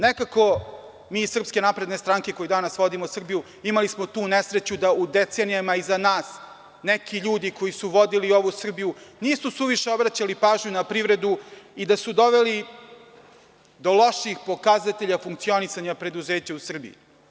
Nekako mi iz SNS, koji danas vodimo Srbiju, imali smo tu nesreću da u decenijama iza nas neki ljudi koji su vodili ovu Srbiju nisu suviše obraćali pažnju na privredu i da su doveli do loših pokazatelja funkcionisanja preduzeća u Srbiji.